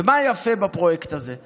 ומה יפה בפרויקט הזה?